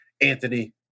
Anthony